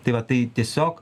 tai va tai tiesiog